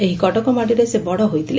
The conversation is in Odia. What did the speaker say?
ଏହି କଟକ ମାଟିରେ ସେ ବଡ ହୋଇଥିଲେ